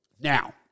Now